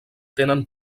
tenen